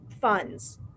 funds